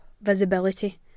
Visibility